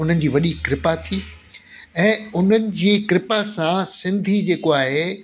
हुननि जी वॾी कृपा थी ऐं हुननि जी कृपा सां मां सिंधी जेको आहे